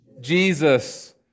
Jesus